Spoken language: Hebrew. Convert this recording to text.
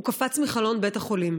הוא קפץ מחלון בית החולים.